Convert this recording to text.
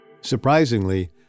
Surprisingly